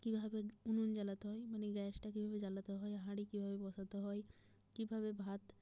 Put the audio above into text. কীভাবে উনুন জ্বালাতে হয় মানে গ্যাসটা কীভাবে জ্বালাতে হয় হাঁড়ি কীভাবে বসাতে হয় কীভাবে ভাত